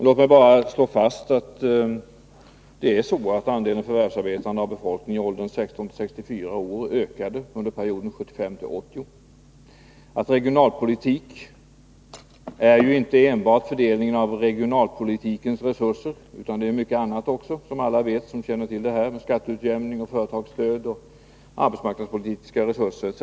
Låt mig bara slå fast att andelen förvärvsarbetande av befolkningen i åldern 16-64 år ökade under perioden 1975-1980, att regionalpolitiken inte innebär enbart en fördelning av regionalpolitikens resurser utan mycket annat också — som alla vet som känner till detta med skatteutjämning, företagsstöd, arbetsmarknadspolitikens resurser etc.